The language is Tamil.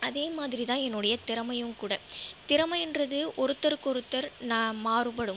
அதே மாதிரி தான் என்னோடய திறமையும் கூட திறமையின்றது ஒருத்தருக்கொருத்தர் நா மாறுபடும்